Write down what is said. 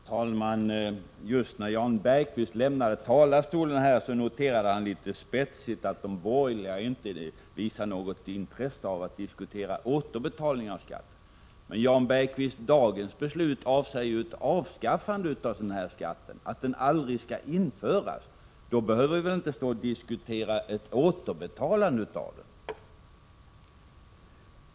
Herr talman! Just när Jan Bergqvist lämnade talarstolen noterade han litet spetsigt att de borgerliga inte visar något intresse av att diskutera återbetalning av skatten. Men, Jan Bergqvist, vårt förslag till beslut i dag innebär en ändring av tidigare beslut, dvs. att skatten aldrig skall införas! Då behöver vi inte stå här och diskutera ett återbetalande av den.